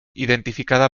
identificado